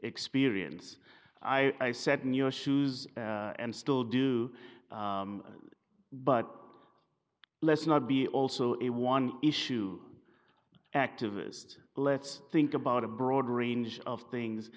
experience i said in your shoes and still do but let's not be also a one issue activist let's think about a broad range of things